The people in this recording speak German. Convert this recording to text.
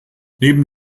neben